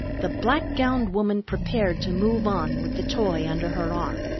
the black-gowned woman prepared to move on with the toy under her arm.